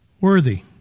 worthy